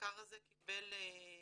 המחקר הזה קיבל מימון